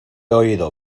oído